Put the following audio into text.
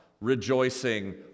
rejoicing